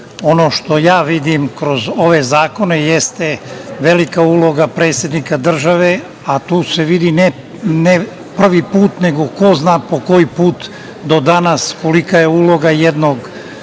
ono što ja vidim kroz ove zakone jeste velika uloga predsednika države, a tu se vidi ne prvi put, nego po ko zna koji put do danas, kolika je uloga jednog